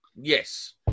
Yes